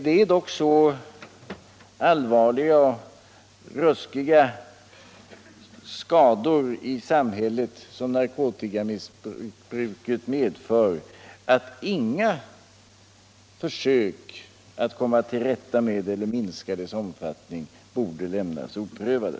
Det är dock så allvarligare och ruskiga skador i samhället som narkotikamissbruket medför att inga försök att komma till rätta med eller minska dess omfattning borde lämnas oprövade.